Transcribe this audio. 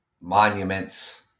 monuments